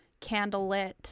candlelit